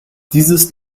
dieses